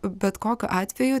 bet kokiu atveju